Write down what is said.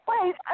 wait